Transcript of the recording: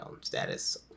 status